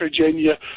Virginia